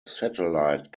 satellite